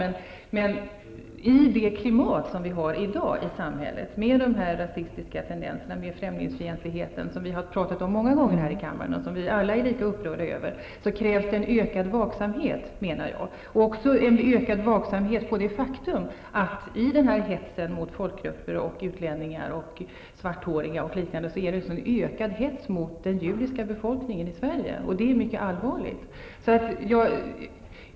Men i det klimat som råder i samhället med rasistiska tendenser och främlingsfientlighet, som vi har talat om många gånger här i riksdagen och som vi alla är lika upprörda över, krävs en ökad vaksamhet också på det faktum att i hetsen mot folkgrupper, utlänningar och svarthåriga ingår en ökad hets mot den judiska befolkningen i Sverige. Detta är mycket allvarligt.